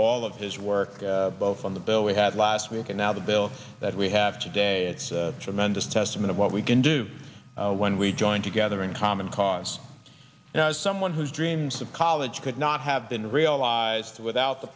all of his work both on the bill we had last week and now the bill that we have today it's a tremendous testament of what we can do when we join together in common cause as someone whose dreams of college could not have been realized without the